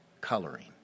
coloring